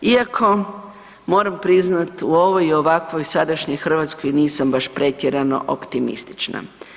Iako moram priznati u ovoj i ovakvoj sadašnjoj Hrvatskoj nisam baš pretjerano optimistična.